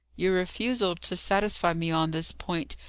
your refusal to satisfy me on this point,